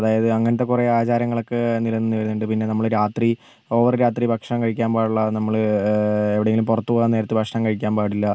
അതായത് അങ്ങനത്തെ കുറെ ആചാരങ്ങളൊക്കെ നില നിന്നുവരുന്നുണ്ട് പിന്നെ നമ്മൾ രാത്രി ഓവർ രാത്രി ഭക്ഷണം കഴിക്കാൻ പാടില്ല നമ്മൾ എവിടെങ്കിലും പുറത്ത് പോകാൻ നേരത്ത് ഭക്ഷണം കഴിക്കാൻ പാടില്ല